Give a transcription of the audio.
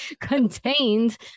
contained